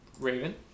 Raven